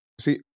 See